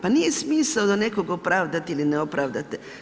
Pa nije smisao da nekoga opravdate ili ne opravdate.